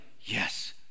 yes